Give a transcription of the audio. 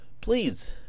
please